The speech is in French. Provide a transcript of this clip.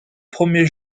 premiers